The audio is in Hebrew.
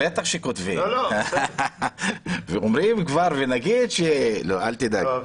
בטח שכותבים ואומרים - לא, אל תדאג.